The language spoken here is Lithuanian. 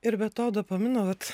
ir be to dopamino vat